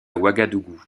ouagadougou